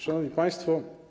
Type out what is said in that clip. Szanowni Państwo!